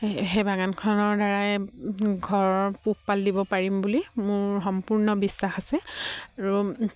সেই বাগানখনৰ দ্বাৰাই ঘৰৰ পোহপাল দিব পাৰিম বুলি মোৰ সম্পূৰ্ণ বিশ্বাস আছে আৰু